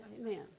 Amen